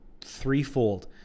threefold